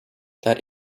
that